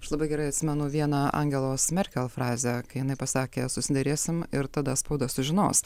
aš labai gerai atsimenu vieną angelos merkel frazę kai jinai pasakė susiderėsim ir tada spauda sužinos